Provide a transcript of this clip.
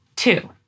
Two